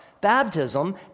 Baptism